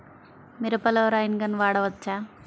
మిరపలో rain gun వాడవచ్చా?